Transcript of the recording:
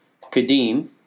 Kadim